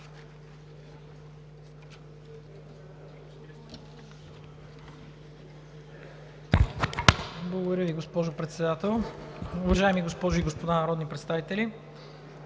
Благодаря Ви, госпожо Председател. Уважаеми госпожи и господа народни представители,